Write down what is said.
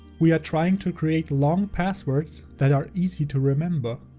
we are trying to create long passwords that are easy to remember.